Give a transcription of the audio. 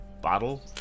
bottle